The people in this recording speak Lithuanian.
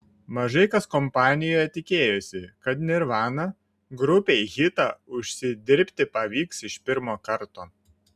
mažai kas kompanijoje tikėjosi kad nirvana grupei hitą užsidirbti pavyks iš pirmo karto